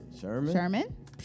Sherman